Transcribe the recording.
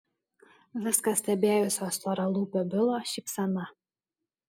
viską stebėjusio storalūpio bilo šypsena